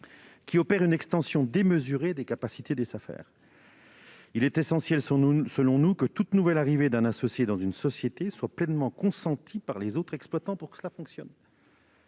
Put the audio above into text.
qui opère une extension démesurée des capacités des Safer. Il est essentiel, selon nous, que toute nouvelle arrivée d'un associé dans une société soit pleinement consentie par les autres exploitants, pour que cela fonctionne.